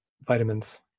vitamins